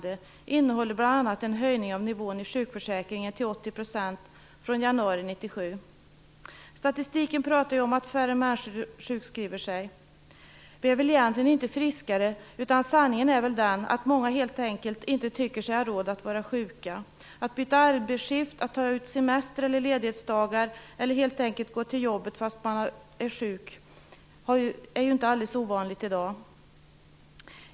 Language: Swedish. Det innehåller bl.a. en höjning av nivån i sjukförsäkringen till 80 % i januari 1997. Statistiken visar att färre sjukskriver sig. De är egentligen inte friskare, utan sanningen är väl den att många helt enkelt inte tycker sig ha råd att vara sjuka, att byta arbetsskift, att ta ut semester eller ledighetsdagar. Att folk helt enkelt går till jobbet fastän de är sjuka är inte alldeles ovanligt i dag.